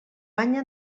banya